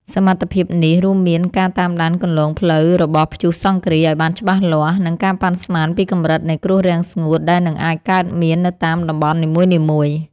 សមត្ថភាពនេះរួមមានការតាមដានគន្លងផ្លូវរបស់ព្យុះសង្ឃរាឱ្យបានច្បាស់លាស់ និងការប៉ាន់ស្មានពីកម្រិតនៃគ្រោះរាំងស្ងួតដែលនឹងអាចកើតមាននៅតាមតំបន់នីមួយៗ។